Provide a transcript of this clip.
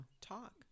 Talk